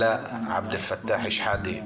עלאא עבד אלפתאח שחאדה,